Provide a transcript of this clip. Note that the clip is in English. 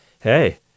hey